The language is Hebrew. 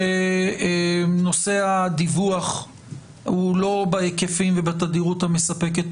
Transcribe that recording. שנושא הדיווח לא בהיקפים ובתדירות המספקת.